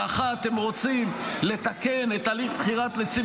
באחת הם רוצים לתקן את הליך בחירת נציב